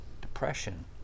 depression